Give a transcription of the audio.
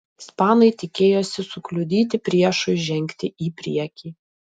ispanai tikėjosi sukliudyti priešui žengti į priekį